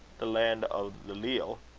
the land o' the leal.